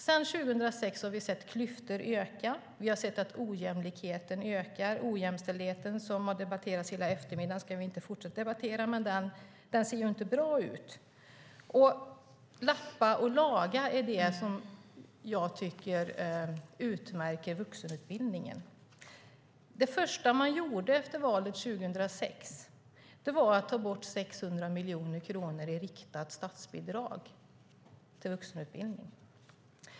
Sedan 2006 har vi sett klyftorna öka. Vi har sett att ojämställdheten ökar. Det har vi debatterat hela eftermiddagen, och vi ska inte fortsätta att göra det, men det ser inte bra ut. Att lappa och laga tycker jag utmärker vuxenutbildningen. Det första man gjorde efter valet 2006 var att ta bort 600 miljoner kronor i riktat statsbidrag till vuxenutbildningen.